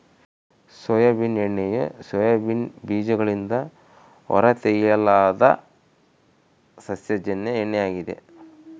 soybean ಎಣ್ಣೆಯು soybean ಬೀಜಗಳಿಂದ ಹೊರತೆಗೆಯಲಾದ ಸಸ್ಯಜನ್ಯ ಎಣ್ಣೆ ಆಗಿದೆ